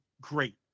great